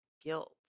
guilt